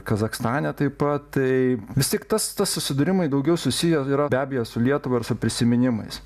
kazachstane taip pat tai vis tiek tas tas susidūrimai daugiau susiję yra be abejo su lietuva ir su prisiminimais